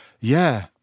Yeah